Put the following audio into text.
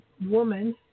woman